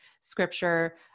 scripture